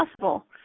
possible